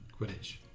Quidditch